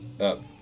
up